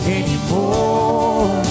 anymore